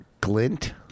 glint